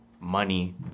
money